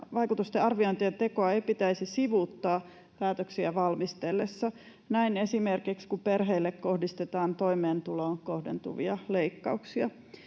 nuorisovaikutusten arviointien tekoa ei pitäisi sivuuttaa päätöksiä valmisteltaessa — näin esimerkiksi, kun perheille kohdistetaan toimeentuloon kohdentuvia leikkauksia.